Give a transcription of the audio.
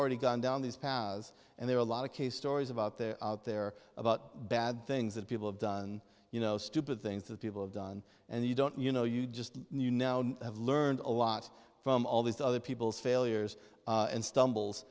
already gone down these paths and there are a lot of case stories about they're out there about bad things that people have done you know stupid things that people have done and you don't you know you just you know have learned a lot from all these other people's failures and stumbles